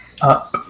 up